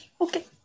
Okay